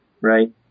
right